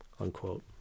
Unquote